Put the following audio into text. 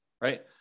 right